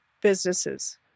businesses